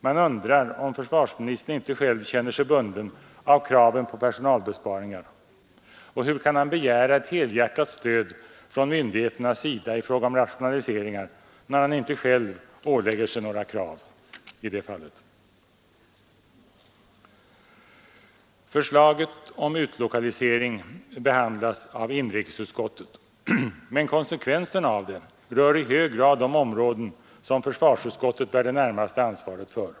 Man undrar om försvarsministern inte själv känner sig bunden av kravet på personalbesparingar. Och hur skall han kunna begära helhjärtat stöd från myndigheterna i fråga om rationaliseringar, när han inte själv ålägger sig några krav i det fallet? Förslaget om utlokalisering behandlas av inrikesutskottet. Men konsekvensen av det rör i hög grad de områden som försvarsutskottet bär det närmaste ansvaret för.